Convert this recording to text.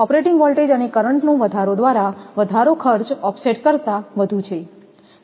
operating voltage અને કરંટનો વધારો દ્વારા વધારો ખર્ચ ઓફસેટ કરતા વધુ છે